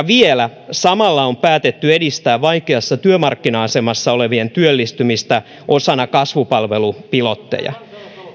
vielä samalla on päätetty edistää vaikeassa työmarkkina asemassa olevien työllistymistä osana kasvupalvelupilotteja